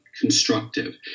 constructive